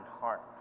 heart